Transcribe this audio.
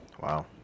Wow